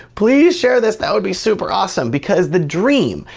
please share this that would be super awesome. because the dream,